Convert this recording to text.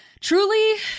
truly